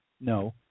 No